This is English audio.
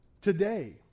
today